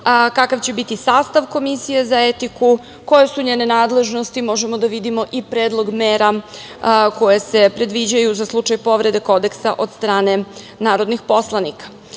kakav će biti sastav komisije za etiku, koje su njene nadležnosti, možemo da vidimo i predlog mera koje se predviđaju za slučaj povrede Kodeksa od strane narodnih poslanika. Sve